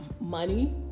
money